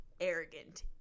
arrogant